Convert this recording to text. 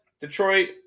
Detroit